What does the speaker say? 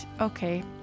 okay